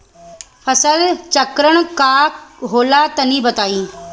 फसल चक्रण का होला तनि बताई?